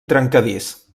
trencadís